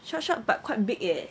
short short but quite big eh